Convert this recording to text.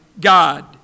God